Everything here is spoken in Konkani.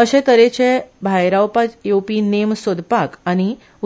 अशे तरेचे भायरावपा येवपी नेम सोदपाक